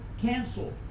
cancel